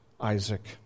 Isaac